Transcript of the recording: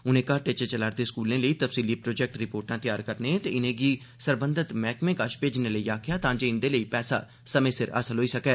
उनें घाटे च चला रदे स्कूलें लेई तफसीली प्रोजैक्ट रिपोर्टा त्यार करने ते इनैंगी सरबंधत मैहकमें कश भेजने लेई आक्खेया तां जे इन्दे लेई पैसा समें सिर हासल होई सकै